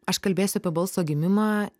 aš kalbėsiu apie balso gimimą